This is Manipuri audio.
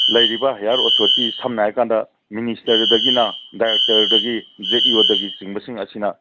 ꯂꯩꯔꯤꯕ ꯍꯥꯏꯌꯥꯔ ꯑꯣꯊꯣꯔꯤꯇꯤ ꯁꯝꯅ ꯍꯥꯏꯔꯀꯥꯟꯗ ꯃꯤꯅꯤꯁꯇꯔꯗꯒꯤꯅ ꯗꯥꯏꯔꯦꯛꯇꯔꯗꯒꯤ ꯖꯦꯠ ꯏ ꯑꯣꯗꯒꯤꯆꯤꯡꯕꯁꯤꯡ ꯑꯁꯤꯅ